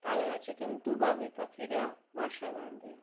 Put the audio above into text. তালগাছে কিন্তু বাবুই পাখিরা বাসা বাঁধে